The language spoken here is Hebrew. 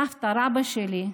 סבתא-רבתא שלי,